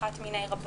אחת מני רבות,